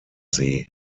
see